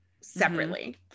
separately